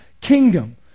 kingdom